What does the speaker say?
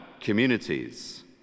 communities